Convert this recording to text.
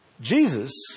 Jesus